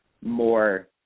more